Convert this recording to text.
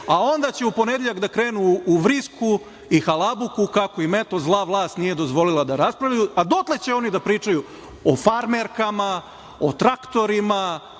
a onda će u ponedeljak da krenu u vrisku i halabuku kako im eto, zla vlast nije dozvolila da raspravljaju, a dotle će oni da pričaju o farmerkama, o traktorima,